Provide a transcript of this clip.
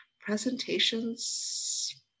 presentations